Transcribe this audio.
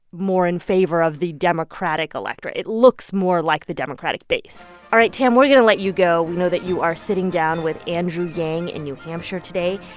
more in favor of the democratic electorate. it looks more like the democratic base all right, tam. we're going to let you go. we know that you are sitting down with andrew yang in new hampshire today.